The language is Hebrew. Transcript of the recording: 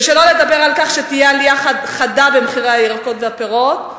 ושלא לדבר על כך שתהיה עלייה חדה במחירי הירקות והפירות.